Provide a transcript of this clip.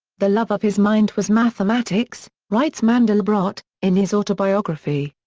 the love of his mind was mathematics, writes mandelbrot, in his autobiography.